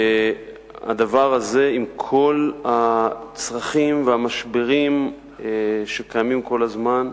הדבר הזה, עם כל הצרכים והמשברים שקיימים כל הזמן,